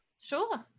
sure